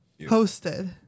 hosted